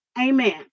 Amen